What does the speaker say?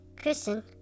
Kristen